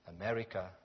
America